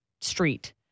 street